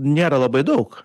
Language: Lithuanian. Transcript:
nėra labai daug